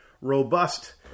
robust